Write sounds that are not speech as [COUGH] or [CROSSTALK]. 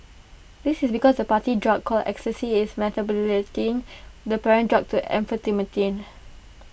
this is because the party drug called ecstasy is [UNINTELLIGIBLE] the parent drug to amphetamine